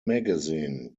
magazine